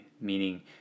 Meaning